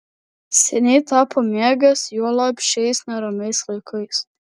seniai tą pamėgęs juolab šiais neramiais laikais